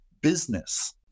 business